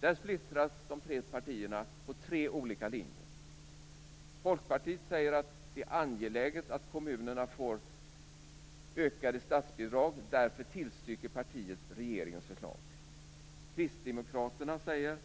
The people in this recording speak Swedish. När det gäller den splittras de tre partierna på tre olika linjer. Folkpartiet säger att det är angeläget att kommunerna får ökade statsbidrag. Därför tillstyrker partiet regeringens förslag. Kristdemokraterna säger